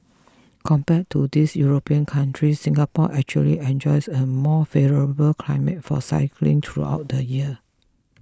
compared to these European countries Singapore actually enjoys a more favourable climate for cycling throughout the year